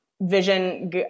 vision